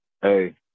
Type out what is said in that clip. Hey